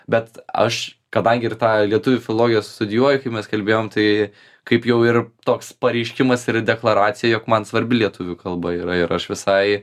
bet aš kadangi ir tą lietuvių filologiją studijuoju kaip mes kalbėjom tai kaip jau ir toks pareiškimas ir deklaracija jog man svarbi lietuvių kalba yra ir aš visai